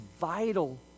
vital